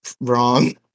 wrong